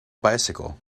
bicycle